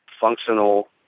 functional